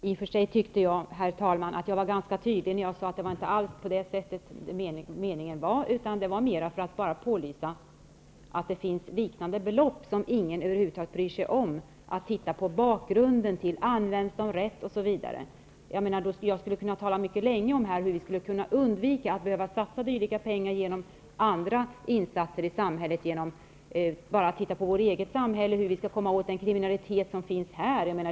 Herr talman! I och för sig tycker jag att jag var ganska tydlig. Jag sade att det inte alls var så vi menade, det var mera för att påvisa att det är liknande belopp som ingen över huvud taget bryr sig om. Ingen frågar om de används rätt, osv. Jag skulle kunna tala mycket länge om hur vi skulle kunna undvika att behöva lägga dylika pengar på andra insatser i samhället, t.ex. för att komma åt den kriminalitet som finns.